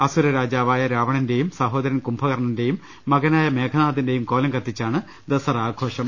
അസുര രാജാവായ രാവണന്റെയും സഹോദരൻ കുംഭകർണ്ന്റെയും മകനായ മേഘ നാദന്റെയും കോലം കത്തിച്ചാണ് ദസറ ആഘോഷം